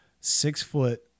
six-foot